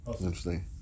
Interesting